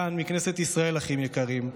כאן מכנסת ישראל, אחים יקרים,